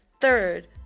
third